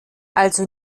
also